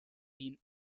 been